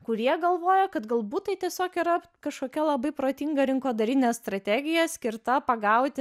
kurie galvojo kad galbūt tai tiesiog yra kažkokia labai protinga rinkodarinė strategija skirta pagauti